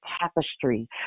tapestry